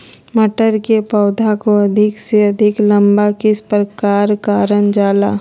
मटर के पौधा को अधिक से अधिक लंबा किस प्रकार कारण जाला?